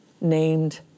named